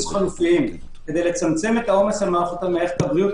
חלופיים כדי לצמצם את העומס על מערכת הבריאות,